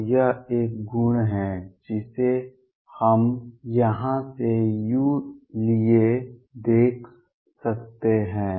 तो यह एक गुण है जिसे हम यहां से u लिए देख सकते हैं